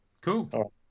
Cool